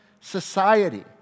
society